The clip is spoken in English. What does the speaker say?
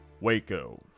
Waco